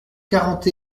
quarante